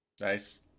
Nice